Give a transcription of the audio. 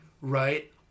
right